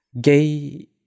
gay